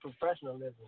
professionalism